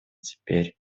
теперь